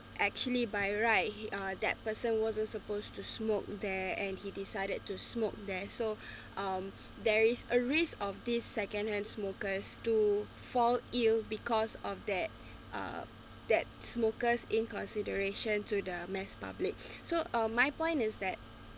actually by right he uh that person wasn't supposed to smoke there and he decided to smoke there so um there is a risk of this secondhand smokers to fall ill because of that uh that smoker's inconsideration to the mass public so um my point is that